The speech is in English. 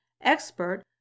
expert